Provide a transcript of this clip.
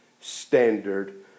standard